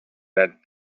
that